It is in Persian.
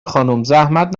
خانومزحمت